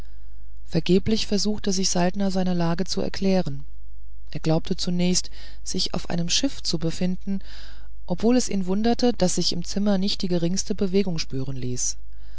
vergeblich versuchte sich saltner seine lage zu erklären er glaubte zunächst sich auf einem schiff zu befinden obwohl es ihn wunderte daß sich im zimmer nicht die geringste bewegung spüren ließ